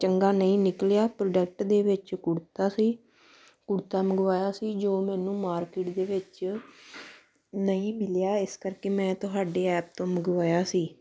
ਚੰਗਾ ਨਹੀਂ ਨਿਕਲਿਆ ਪ੍ਰੋਡਕਟ ਦੇ ਵਿੱਚ ਕੁੜਤਾ ਸੀ ਮੰਗਵਾਇਆ ਸੀ ਜੋ ਮੈਨੂੰ ਮਾਰਕਿਟ ਦੇ ਵਿੱਚ ਨਹੀਂ ਮਿਲਿਆ ਇਸ ਕਰਕੇ ਮੈਂ ਤੁਹਾਡੇ ਐਪ ਤੋਂ ਮੰਗਵਾਇਆ ਸੀ